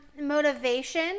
motivation